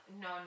no